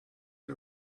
the